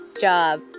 job